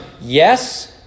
yes